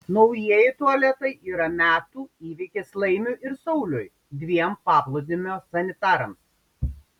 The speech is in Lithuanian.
naujieji tualetai yra metų įvykis laimiui ir sauliui dviem paplūdimio sanitarams